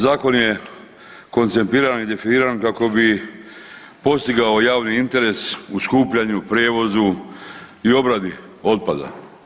Zakon je konceptiran i definiran kako bi postigao javni interes u skupljanju, prijevozu i obradi otpada.